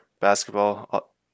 basketball